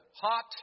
hot